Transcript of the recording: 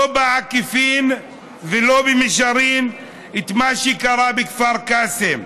לא בעקיפין ולא במישרין, את מה שקרה בכפר קאסם.